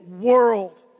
world